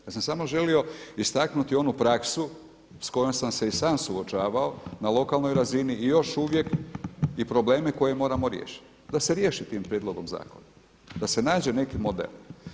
Ja sam samo želio istaknuti onu praksu sa kojom sam se i sam suočavao na lokalnoj razini i još uvijek i probleme koje moramo riješiti da se riješi tim prijedlogom zakona, da se nađe neki model.